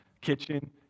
kitchen